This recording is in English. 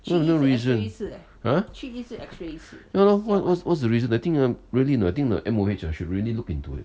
not enough reason !huh! ya lor wha~ what's the reason I think uh really I think uh M_O_H ah should really look into it